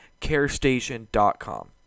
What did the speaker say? carestation.com